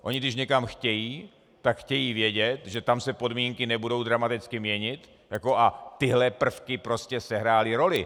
Oni když někam chtějí, tak chtějí vědět, že tam se podmínky nebudou dramaticky měnit, a tyhle prvky prostě sehrály roli.